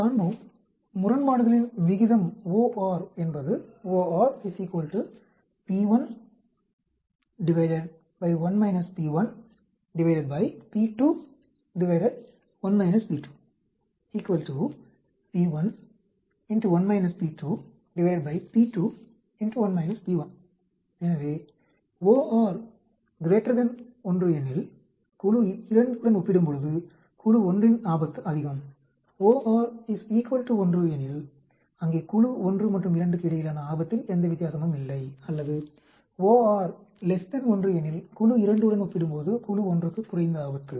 நாம் காண்போம் முரண்பாடுகளின் விகிதம் OR என்பது எனவே OR 1 எனில் குழு 2 உடன் ஒப்பிடும்போது குழு 1 இன் ஆபத்து அதிகம் OR 1 எனில் அங்கே குழு 1 மற்றும் 2 க்கு இடையிலான ஆபத்தில் எந்த வித்தியாசமும் இல்லை அல்லது OR 1 எனில் குழு 2 உடன் ஒப்பிடும்போது குழு 1 க்கு குறைந்த ஆபத்து